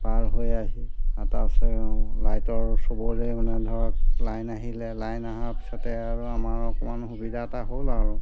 পাৰ হৈ আহি লাইটৰ চবৰে মানে ধৰক লাইন আহিলে লাইন আহাৰ পিছতে আৰু আমাৰ অকণমান সুবিধা এটা হ'ল আৰু